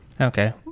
okay